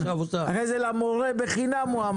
אחרי זה למורה בחינם הוא אמר.